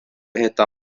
heta